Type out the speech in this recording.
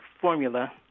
formula